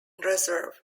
reserve